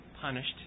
punished